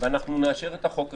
ואנחנו נאשר את החוק הזה.